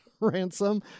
Ransom